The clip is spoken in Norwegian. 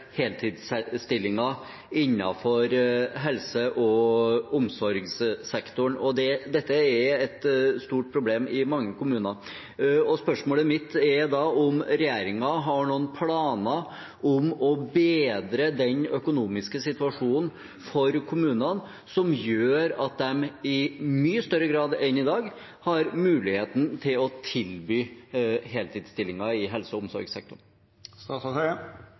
heltidsstillinger innenfor helse- og omsorgssektoren. Dette er et stort problem i mange kommuner. Spørsmålet mitt er da om regjeringen har noen planer om å bedre den økonomiske situasjonen for kommunene som gjør at de i mye større grad enn i dag har muligheten til å tilby heltidsstillinger i helse- og